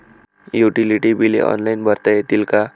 Utility बिले online भरता येतील का?